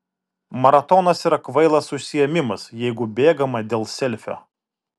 maratonas yra kvailas užsiėmimas jeigu bėgama dėl selfio